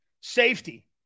Safety